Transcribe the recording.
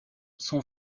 son